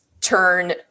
turn